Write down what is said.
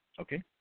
Okay